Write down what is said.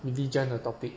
religion the topic